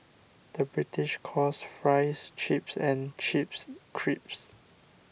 the British calls Fries Chips and Chips Crisps